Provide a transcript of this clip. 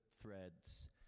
Threads